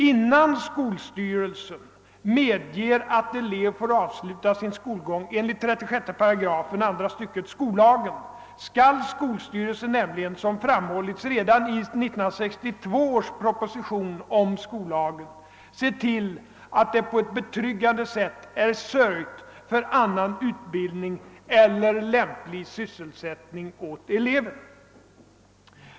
Innan skolstyrelsen medger att elev får avsiuta sin skolgång enligt 36 § andra stycket skollagen, skall skolstyrelsen nämligen, som framhållits redan i 1962 års proposition om skollagen, se till att det på ett betryggande sätt är sörjt för annan utbildning eller lämplig sysselsättning åt eleven.